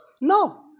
No